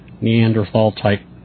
Neanderthal-type